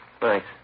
Thanks